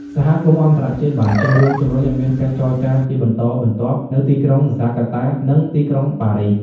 សហគមន៍អន្តរជាតិបានចូលរួមជំរុញឱ្យមានកិច្ចចរចាជាបន្តបន្ទាប់នៅទីក្រុងហ្សាកាតា និងទីក្រុងប៉ារីស